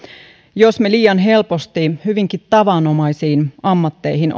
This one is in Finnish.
jos me liian helposti hyvinkin tavanomaisiin ammatteihin